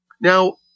Now